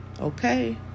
Okay